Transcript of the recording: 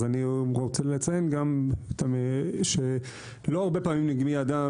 אני רוצה לציין שלא הרבה פעמים מגיע אדם